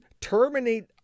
terminate